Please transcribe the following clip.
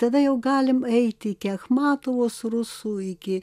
tada jau galim eiti iki achmatovos rusų iki